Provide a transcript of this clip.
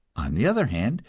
on the other hand,